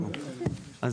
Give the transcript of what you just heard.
בבקשה.